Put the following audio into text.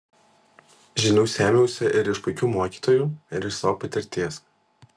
žinių sėmiausi ir iš puikių mokytojų ir iš savo patirties